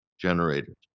generators